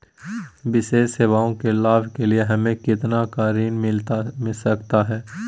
विशेष सेवाओं के लाभ के लिए हमें कितना का ऋण मिलता सकता है?